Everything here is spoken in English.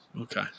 Okay